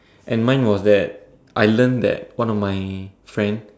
and mine was that I learn that one of my friend